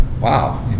Wow